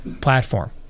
platform